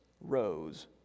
rose